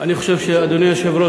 אדוני היושב-ראש,